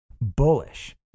bullish